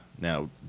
Now